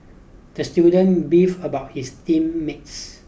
the student beefed about his team mates